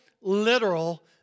literal